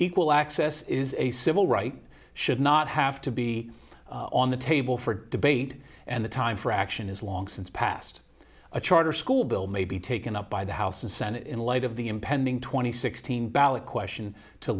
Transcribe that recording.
equal access is a civil right should not have to be on the table for debate and the time for action is long since passed a charter school bill may be taken up by the house and senate in light of the impending twenty sixteen ballot question to